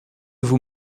vous